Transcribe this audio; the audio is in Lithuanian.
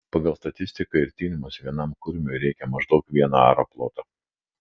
pagal statistiką ir tyrimus vienam kurmiui reikia maždaug vieno aro ploto